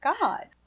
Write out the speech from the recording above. God